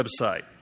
website